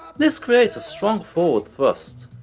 this creates a strong forward thrust,